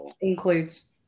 includes